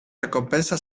recompensa